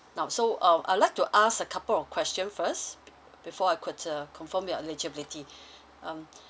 now so uh I would like to ask a couple of question first before I could uh confirm your eligibility um